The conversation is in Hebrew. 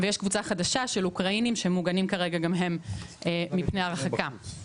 ויש קבוצה חדשה של אוקראינים שמוגנים כרגע גם הם מפני הרחקה.